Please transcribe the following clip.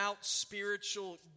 spiritual